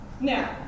Now